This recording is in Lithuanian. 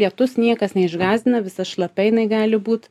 lietus niekas neišgąsdina visa šlapia jinai gali būt